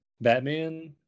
Batman